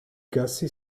gussie